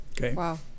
Wow